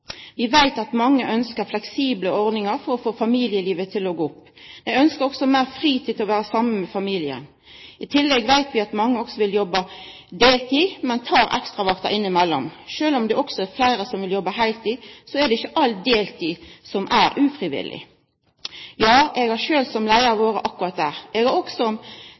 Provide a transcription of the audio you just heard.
Vi veit at mange ønskjer fleksible ordningar for å få familielivet til å gå opp. Ein ønskjer også meir fritid til å vera saman med familien. I tillegg veit vi at mange også vil jobba deltid, men tek ekstravakter innimellom. Sjølv om det også er fleire som vil jobba heiltid, så er det ikkje all deltid som er ufrivillig. Ja, eg har sjølv som leiar vore akkurat der. Eg har også